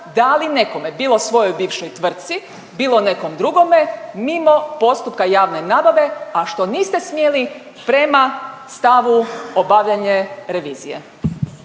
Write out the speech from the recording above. dali nekome, bilo svojoj bivšoj tvrtci, bilo nekom drugome mimo postupka javne nabave, a što niste smjeli prema stavu obavljanje revizije?